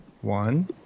One